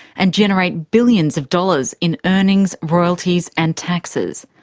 and generate billions of dollars in earnings, royalties and taxes.